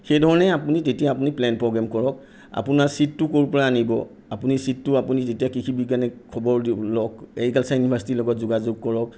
সেইধৰণেই আপুনি তেতিয়া আপুনি প্লেন প্ৰগ্ৰেম কৰক আপোনাৰ ছীডটো ক'ৰ পৰা আনিব আপুনি ছীডটো যেতিয়া আপুনি কৃষি বিজ্ঞানীক খবৰ দিব লওক এগ্ৰিকালচাৰ ইউনিভাৰ্ছিটিৰ লগত যোগাযোগ কৰক